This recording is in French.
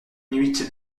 huit